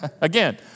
again